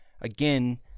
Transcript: again